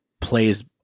plays